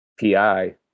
PI